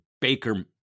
Baker